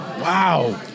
Wow